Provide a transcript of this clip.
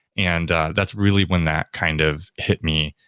and that's really when that kind of hit me,